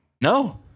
No